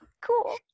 cool